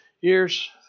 years